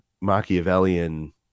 machiavellian